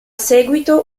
seguito